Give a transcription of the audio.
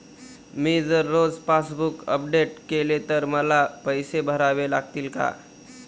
मी जर रोज passbook update केले तर मला पैसे भरावे लागतील का?